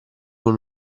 con